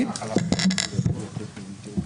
סגלוביץ'.